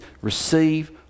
receive